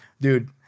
dude